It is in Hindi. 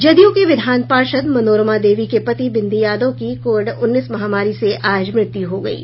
जदयू की विधान पार्षद मनोरमा देवी के पति बिंदी यादव की कोविड उन्नीस महामारी से आज मृत्यु हो गयी